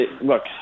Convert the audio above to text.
look